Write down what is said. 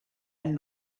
and